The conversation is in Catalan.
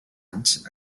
anys